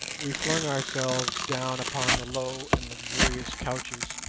we flung ourselves down upon the low and luxurious couches,